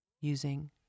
using